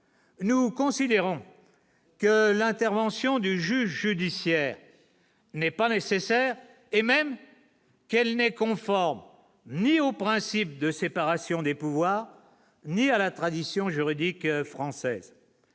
nous considérons que l'intervention du juge judiciaire n'est pas nécessaire et même qu'elle n'est conforme ni au principe de séparation des pouvoirs, ni à la tradition juridique française,